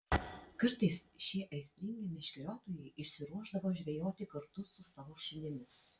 kartais šie aistringi meškeriotojai išsiruošdavo žvejoti kartu su savo šunimis